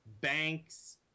banks